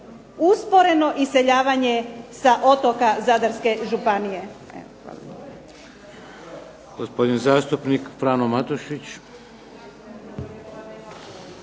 usporeno iseljavanje sa otoka Zadarske županije.